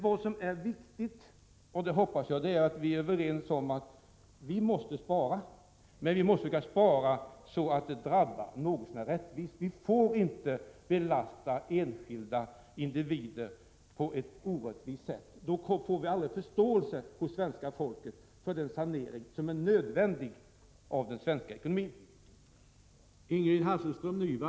Vad som är viktigt — och det hoppas jag att vi är överens om —är att vi måste spara, men vi måste försöka spara så att det drabbar något så när rättvist. Vi kan inte belasta enskilda individer på ett orättvist sätt, för då får vi aldrig förståelse hos svenska folket för den sanering av den svenska ekonomin som är nödvändig.